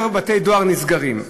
יותר בתי-דואר נסגרים.